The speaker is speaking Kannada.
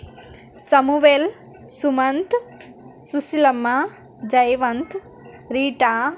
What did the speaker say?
Samuel Sumanth Sushilamma Jaywant Rita